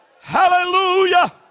Hallelujah